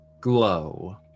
glow